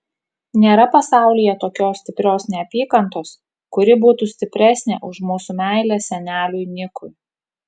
nėra pasaulyje tokios stiprios neapykantos kuri būtų stipresnė už mūsų meilę seneliui nikui